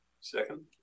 Second